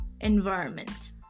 environment